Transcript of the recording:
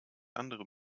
andere